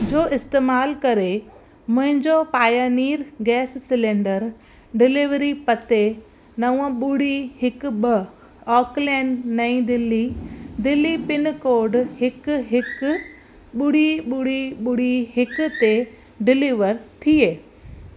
जो इस्तेमालु करे मुंहिंजो पायनीर गैस सिलेंडर डिलिवरी पते नव ॿुड़ी हिकु ॿ ऑक लेन नईं दिल्ली दिल्ली पिनकोड हिकु हिकु ॿुड़ी ॿुड़ी ॿुड़ी हिक ते डिलीवर थिए